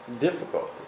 difficulties